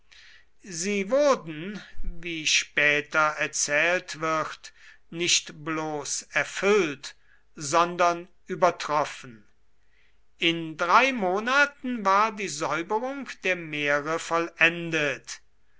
sie wurden wie später erzählt wird nicht bloß erfüllt sondern übertroffen in drei monaten war die säuberung der meere vollendet